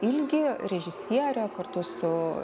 ilgį režisierė kartu su